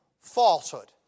falsehood